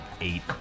eight